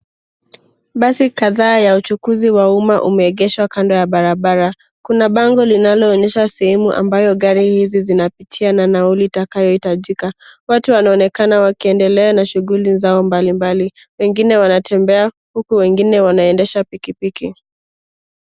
Basi kadhaa ya uchukuzi wa umma umeegeshwa kando ya barabara. Kuna bango linaloonyesha sehemu ambayo gari hizi zinapitia na nauli itakayo hitajika. Watu wanaonekana wakiendelea na shughuli zao mbali mbali. Wengine wanatembea huku wengine wanaendesha pikipiki.